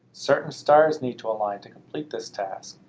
certain stars need to align to complete this task.